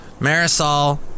Marisol